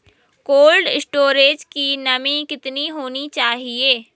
Cold storage की नमी कितनी होनी चाहिए?